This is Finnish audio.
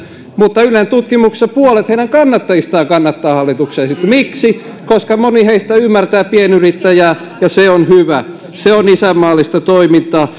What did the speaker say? mutta ylen tutkimuksessa puolet heidän kannattajistaan kannattaa hallituksen esitystä miksi koska moni heistä ymmärtää pienyrittäjää ja se on hyvä se on isänmaallista toimintaa